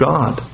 God